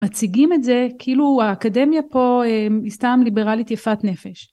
מציגים את זה כאילו האקדמיה פה היא סתם ליברלית יפת נפש.